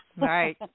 Right